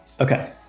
Okay